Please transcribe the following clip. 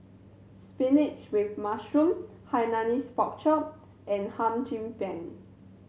spinach with mushroom Hainanese Pork Chop and Hum Chim Peng